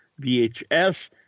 VHS